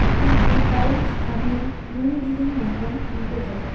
আমি দু পাউচ আমুল নুনবিহীন মাখন কিনতে চাই